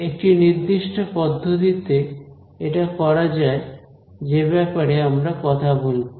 একটি নির্দিষ্ট পদ্ধতিতে এটি করা যায় যে ব্যাপারে আমরা কথা বলবো